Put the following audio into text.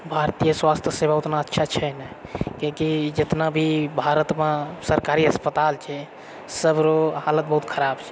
भारतीय स्वास्थ्य सेवा उतना अच्छा छै नहि किआकि जितना भी भारतमे सरकारी अस्पताल छै सगरो हालत बहुत खराब छै